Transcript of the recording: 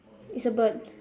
it's a bird